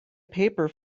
paper